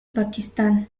pakistán